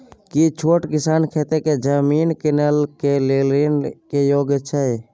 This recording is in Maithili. की छोट किसान खेती के जमीन कीनय के लेल ऋण के योग्य हय?